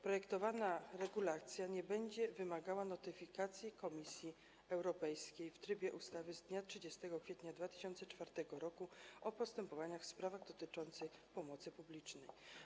Projektowana regulacja nie będzie wymagała notyfikacji Komisji Europejskiej w trybie ustawy z dnia 30 kwietnia 2004 r. o postępowaniach w sprawach dotyczących pomocy publicznej.